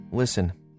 Listen